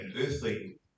earthly